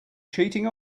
cheating